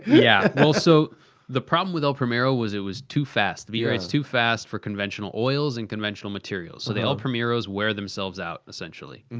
yeah, well so the problem with el primero was it was too fast. the beat rate's too fast for conventional oils and conventional materials. so the el primeros wear themselves out, essentially. and